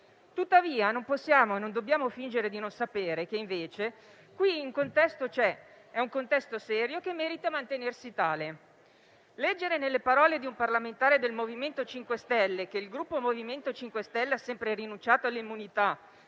tuttavia, non possiamo e non dobbiamo fingere di non sapere che, invece, qui un contesto c'è. Il contesto è serio e merita che si mantenga tale. Leggere nelle parole di un parlamentare del MoVimento 5 Stelle che il Gruppo MoVimento 5 Stelle avrebbe sempre rinunciato all'immunità